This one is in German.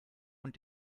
und